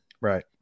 right